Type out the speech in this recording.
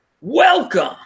welcome